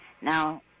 now